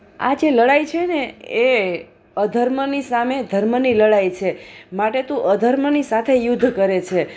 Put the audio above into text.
આ જે લડાઈ છેને એ અધર્મની સામે ધર્મની લડાઈ છે માટે તું અધર્મની સાથે યુદ્ધ કરે છે